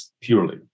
purely